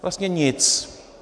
Vlastně nic.